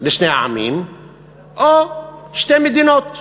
לשני העמים או שתי מדינות,